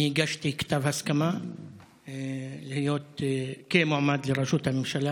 אני הגשתי כתב הסכמה להיות מועמד לראשות הממשלה.